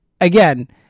again